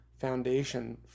foundation